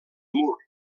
mur